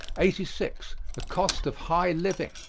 eighty six. the cost of high living.